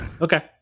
Okay